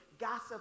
gossip